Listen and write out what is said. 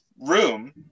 room